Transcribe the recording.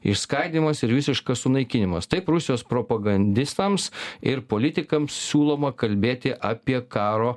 išskaidymas ir visiškas sunaikinimas taip rusijos propagandistams ir politikams siūloma kalbėti apie karo